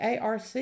arc